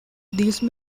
these